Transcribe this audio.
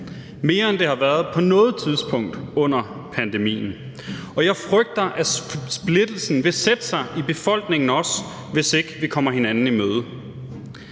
mere end det på noget tidspunkt har været under pandemien. Og jeg frygter, at splittelsen også vil sætte sig i befolkningen, hvis vi ikke kommer hinanden i møde.